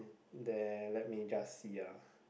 then let me just see ah